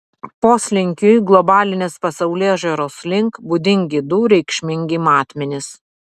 poslinkiui globalinės pasaulėžiūros link būdingi du reikšmingi matmenys